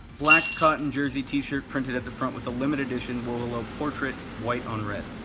black cotton jersey t-shirt printed at the front with a limited edition wohello portrait white on red.